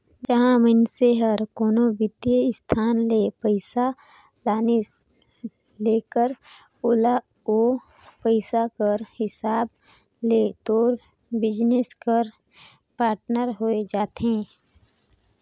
जहां मइनसे हर कोनो बित्तीय संस्था ले पइसा लानिस तेकर ओला ओ पइसा कर हिसाब ले तोर बिजनेस कर पाटनर होए जाथे